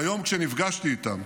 היום, כשנפגשתי איתן,